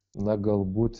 na galbūt